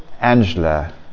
Angela